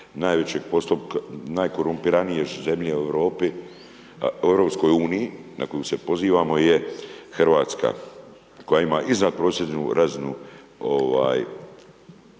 nabave su najkorumpiranije zemlje u EU-u na koju se pozivamo je Hrvatska koja ima iznadprosječnu razinu